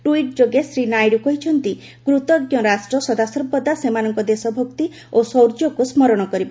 tweet ଯୋଗେ ଶ୍ରୀ ନାଇଡୁ କହିଛନ୍ତି କୃତଜ୍ଞ ରାଷ୍ଟ୍ର ସଦାସର୍ବଦା ସେମାନଙ୍କ ଦେଶଭକ୍ତି ଓ ଶୌର୍ଯ୍ୟକ୍ ସ୍କରଣ କରିବ